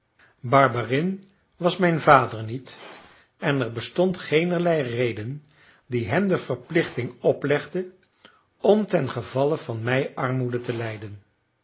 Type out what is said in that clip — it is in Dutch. barberin was mijn vader niet en er bestond geenerlei reden die hem de verplichting oplegde om ten gevalle van mij armoede te lijden